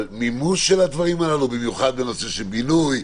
על מימוש של הדברים הללו, במיוחד בנושא של בינוי,